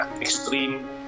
extreme